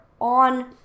on